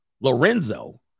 Lorenzo